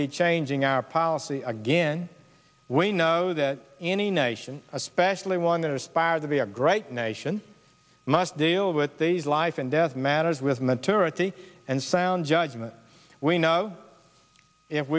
be changing our policy again we know that any nation especially one that aspires to be a great nation must deal with these life and death matters with maturity and sound judgment we know if